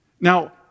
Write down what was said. Now